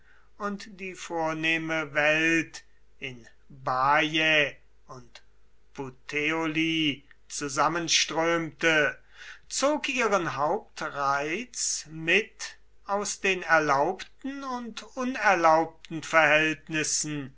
und die vornehme welt in baiae und puteoli zusammenströmte zog ihren hauptreiz mit aus den erlaubten und unerlaubten verhältnissen